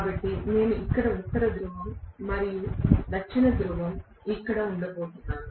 కాబట్టి నేను ఇక్కడ ఉత్తర ధ్రువం మరియు దక్షిణ ధ్రువం ఇక్కడ ఉండబోతున్నాను